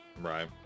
Right